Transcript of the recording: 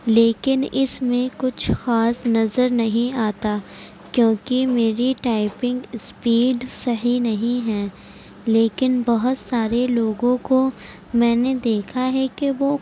لیکن اس میں کچھ خاص نظر نہیں آتا کیونکہ میری ٹائپنگ اسپیڈ صحیح نہیں ہیں لیکن بہت سارے لوگوں کو میں نے دیکھا ہے کہ وہ